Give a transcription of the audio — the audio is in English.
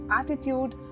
attitude